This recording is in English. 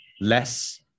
less